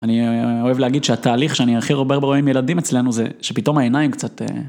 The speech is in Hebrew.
אני אוהב להגיד שהתהליך שאני הכי רואה בילדים אצלנו זה שפתאום העיניים קצת...